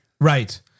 Right